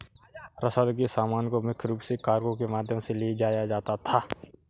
रसद के सामान को मुख्य रूप से कार्गो के माध्यम से ले जाया जाता था